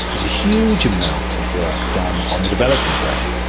there's a huge amount of work done on the developing brain,